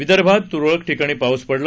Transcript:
विदर्भात तुरळक ठिकाणी पाऊस पडला